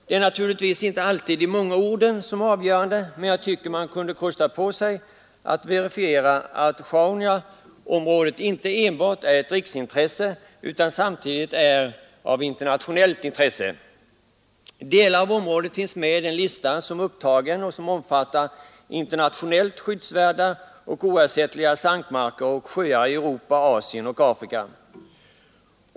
Det är naturligtvis inte alltid de många orden som är avgörande, men jag tycker att utskottet kunde ha kostat på sig att verifiera att Sjaunjaområdet inte enbart är av riksintresse utan även av internationellt intresse. Delar av området finns upptagna på en lista som omfattar internationellt skyddsvärda och oersättliga sankmarker och sjöar i Europa, Asien och Afrika.